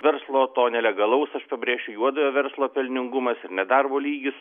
verslo to nelegalaus pabrėšiu juodojo verslo pelningumas ir nedarbo lygis